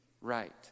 right